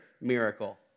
miracle